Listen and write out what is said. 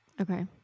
Okay